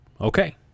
Okay